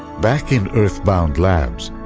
back in earth-bound labs,